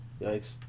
Yikes